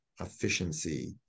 efficiency